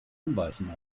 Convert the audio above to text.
anbeißen